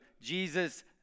Jesus